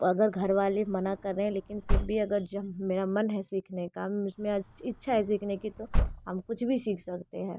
अगर घरवाले मना कर रहें हैं लेकिन फिर भी अगर जम मेरा मन है सीखने का मुझ में आज इच्छा है सीखने की तो हम कुछ भी सीख सकते हैं